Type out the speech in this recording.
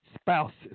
spouses